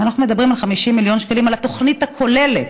אנחנו מדברים על 50 מיליון שקלים בשנה לתוכנית הכוללת,